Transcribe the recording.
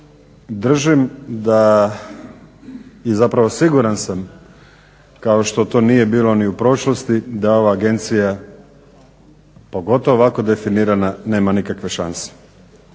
držim da i zapravo siguran sam kao što to nije bilo ni u prošlosti da ova agencija, pogotovo ovako definirana, nema nikakve šanse.